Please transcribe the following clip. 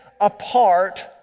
apart